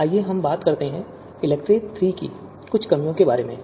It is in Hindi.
आइए अब बात करते हैं इलेक्ट्री III की कुछ कमियों के बारे में